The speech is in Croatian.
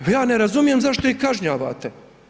Ja ne razumijem zašto ih kažnjavate.